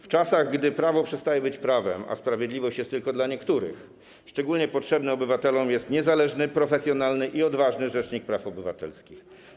W czasach, gdy prawo przestaje być prawem, a sprawiedliwość jest tylko dla niektórych, szczególnie potrzebny obywatelom jest niezależny, profesjonalny i odważny rzecznik praw obywatelskich.